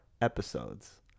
episodes